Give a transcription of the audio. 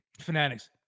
Fanatics